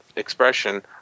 expression